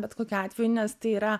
bet kokiu atveju nes tai yra